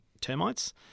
termites